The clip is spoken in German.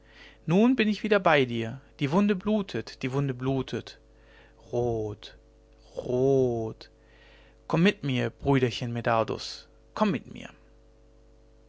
nun bin ich wieder bei dir die wunde blutet die wunde blutet rot rot komm mit mir brüderchen medardus komm mit mir